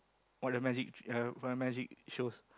all the magic ya for the magic shows